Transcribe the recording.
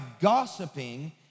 gossiping